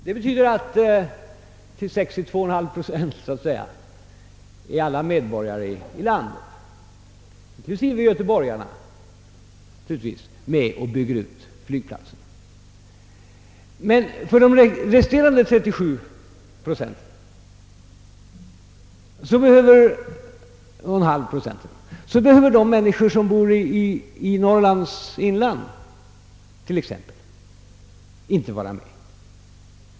Där betyder denna princip att 62,5 procent av alla medborgare i landet, inklusive göteborgarna själva, är med om att bygga ut flygplatsen, men resterande 37,9 procent — exempelvis människor i Norrlands inland — behöver inte vara med.